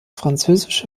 französische